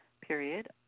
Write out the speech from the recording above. period